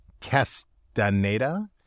Castaneda